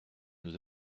nous